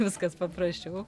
viskas paprasčiau